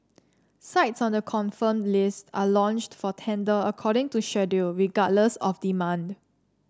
sites on the confirmed list are launched for tender according to schedule regardless of demand